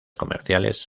comerciales